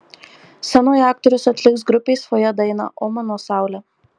scenoje aktorius atliks grupės fojė dainą o mano saule